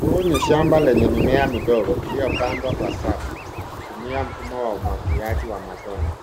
Huu ni shamba lenye mimea midogo iliyopandwa kwa safu ikitumia mfumo wa umwagiliaji wa matone.